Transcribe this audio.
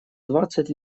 двадцать